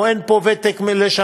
או אין פה ותק לשנה,